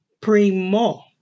primo